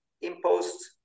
imposed